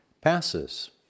passes